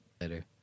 Later